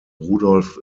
rudolf